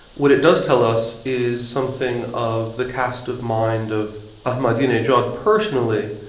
what it does tell us is something of the cast of mind of ahmadinejad personally,